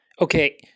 Okay